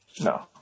No